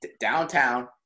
downtown